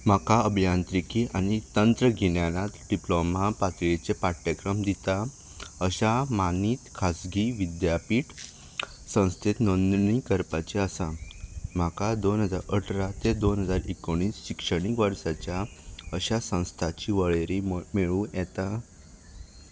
म्हाका अभियांत्रिकी आनी तंत्रगिन्यानात डिप्लॉमा पातळेचें पाठ्यक्रम दिता अशा मानीत खाजगी विद्यापीठ संस्थेंत नोंदणी करपाची आसा म्हाका दोन हजा अठरा ते दोन हजार एकोणीस शिक्षणीक वर्साच्या अशा संस्थाची वळेरी मळ मेळूं येता